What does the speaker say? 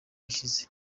gishize